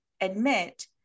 admit